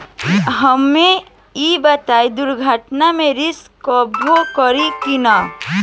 हमके ई बताईं दुर्घटना में रिस्क कभर करी कि ना?